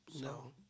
No